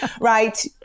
right